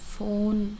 phone